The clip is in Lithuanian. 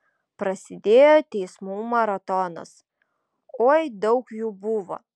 prasidėjo teismų maratonas oi daug jų buvo